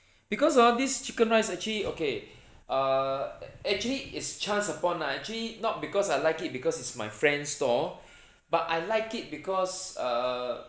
because hor this chicken rice actually okay err actually is chance upon lah actually not because I like it because it's my friend's store but I like it because err